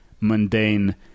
mundane